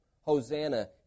Hosanna